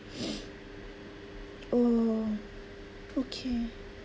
oh okay